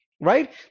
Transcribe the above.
right